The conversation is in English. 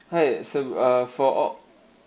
hi some ah for all